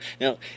Now